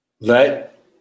Let